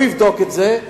הוא יבדוק את זה,